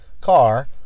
car